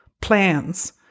plans